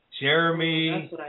Jeremy